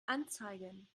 anzeigen